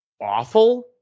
awful